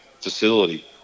facility